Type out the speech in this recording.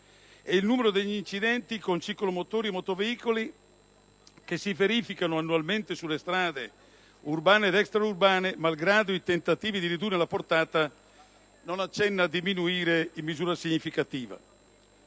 il numero degli incidenti in cui restano coinvolti ciclomotori e motoveicoli, che si verificano annualmente sulle strade urbane ed extraurbane, malgrado i tentativi di ridurne la portata, non accenna a diminuire in misura significativa.